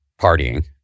partying